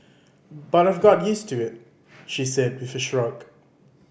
but I've got used to it she said with a shrug